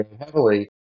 heavily